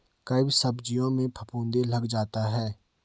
कई सब्जियों में फफूंदी लग जाता है